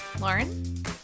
Lauren